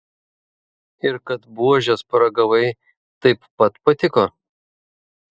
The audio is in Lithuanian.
ir kad buožės paragavai taip pat patiko